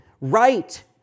right